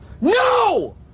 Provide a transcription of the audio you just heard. No